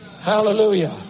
Hallelujah